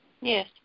Yes